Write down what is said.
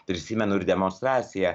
prisimenu ir demonstraciją